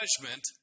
judgment